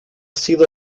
sido